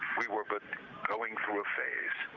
we were but going through a phase.